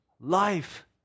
life